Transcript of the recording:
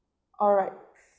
alright